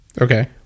Okay